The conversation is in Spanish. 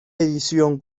edición